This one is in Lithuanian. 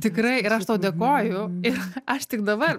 tikrai ir aš tau dėkoju ir aš tik dabar